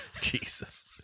Jesus